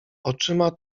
oczyma